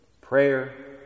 Prayer